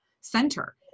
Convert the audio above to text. center